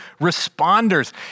responders